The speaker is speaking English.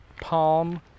palm